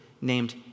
named